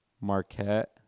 Marquette